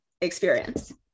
experience